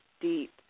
deep